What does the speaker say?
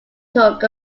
took